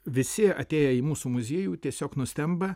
visi atėję į mūsų muziejų tiesiog nustemba